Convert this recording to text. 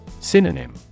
Synonym